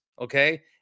okay